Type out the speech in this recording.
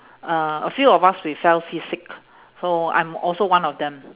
uh a few of us we fell seasick so I'm also one of them